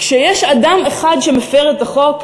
כשיש אדם אחד שמפר את החוק,